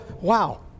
wow